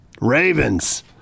Ravens